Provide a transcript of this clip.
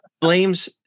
blames